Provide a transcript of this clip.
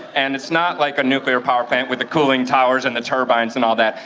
and it's not like a nuclear power plant with the cooling towers and the turbines and all that.